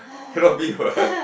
cannot be what